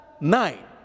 nine